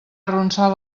arronsar